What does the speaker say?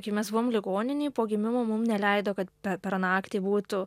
kai mes buvom ligoninėje po gimimo mum neleido kad per naktį būtų